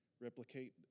replicate